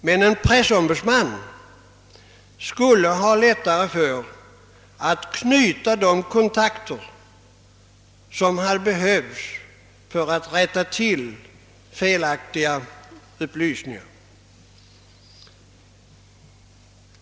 Men en pressombudsman skulle ha lättare att knyta de kontakter som behövs för att rätta till felaktiga uppgifter.